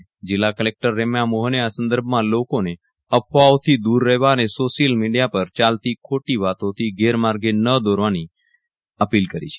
જિલ્લા કલેક્ટર રેમ્યા મોહને આ સંદર્ભમાં લોકોને અફવાઓથી દૂર રહેવા અને સોશિયલ મીડિયા પર ચાલતી ખોટી વાતોથી ગેરમાર્ગે ન દોરાવાની અપીલ કરી છે